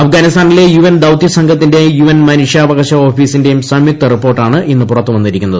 അഫ്ഗാനിസ്ഥാനിലെ U N ദൌത്യ സംഘത്തിന്റെയും ്യു എൻ മനുഷ്യാവകാശ ഓഫീസിന്റേയും സംയുക്ത റിപ്പോർട്ടാണ് ഇന്ന് പുറത്ത് വന്നിരിക്കുന്നത്